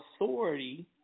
authority